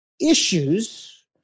issues